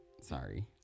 Sorry